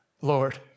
Lord